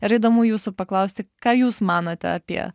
yra įdomu jūsų paklausti ką jūs manote apie